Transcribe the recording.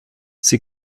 sie